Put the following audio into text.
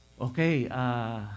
okay